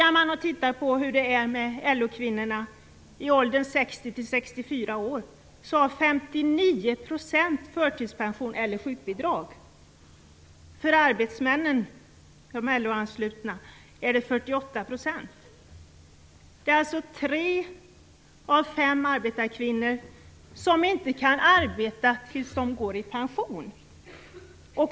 Man kan börja med att se hur det är med de LO anslutna männen är siffran 48 %. Tre av fem arbetande kvinnor och varannan man kan alltså inte arbeta tills de går i pension.